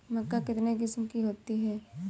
मक्का कितने किस्म की होती है?